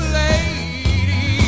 lady